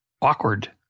Awkward